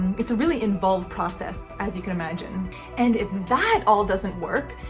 it's a really involved process as you can imagine and if that all doesn't work,